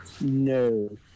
No